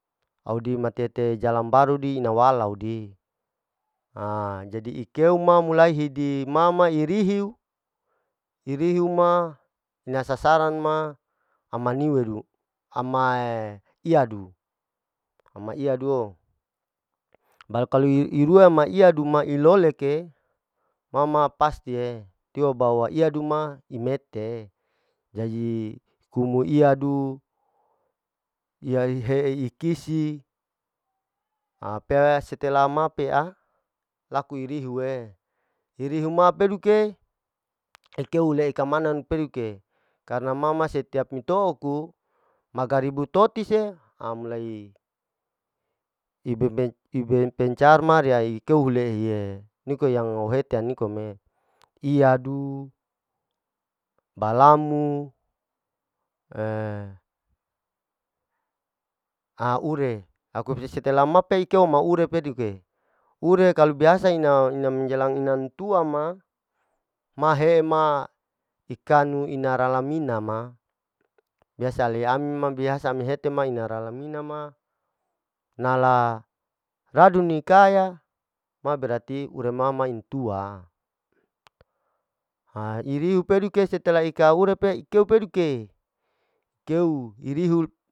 Audi matete jalan baru di ina nawalau di, jadi ekeu ma mulai hidi ma ma irihiu, irihiu ma ina sasaran ma, ama niwedu ama iyadu, ama iyaduo baru kalu irua ma iyadu ma iloleke ma ma pasti e, tia bawa iya duma imete e, jaji kumu iyadu iya i'he i'kisi apea, stela ma pea laku irihu e, irihu ma peduke ikeu la kamanan peduke karna ma ma setiap mito oku, magaribu toti se ha mulai ibebe-iben pencar ma riya ekeulehe ye niko yang au hete nikom'e, iyadu, balamu, ha aure laku setelah ma pei keu ma ure peduke, ure kalu biasa ina ina menjelang inang tua ma mahema ikanu ina laramina ma, biasa ale ami ma biasa ami hete ma, ina ralamina ma nala radunikaya ma berartiha uri ma ma intua, ha iriu peduke setelah ikauri pe ikeupeduke keu irihu.